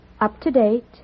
up-to-date